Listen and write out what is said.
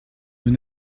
nous